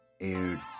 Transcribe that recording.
aired